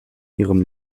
ihrem